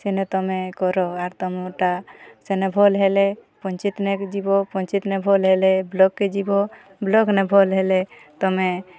ସେନେ ତମେ କର ଆର୍ ତମର୍ ଟା ସେନେ ଭଲ୍ ହେଲେ ପଞ୍ଚେତ୍ ନିକେ ଯିବ ପଞ୍ଚେତ୍ ନେ ଭଲ୍ ହେଲେ ବ୍ଲକ୍କେ ଯିବ ବ୍ଲକ୍ନେ ଭଲ୍ ହେଲେ ତମେ